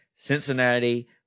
Cincinnati